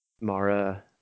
Mara